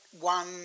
one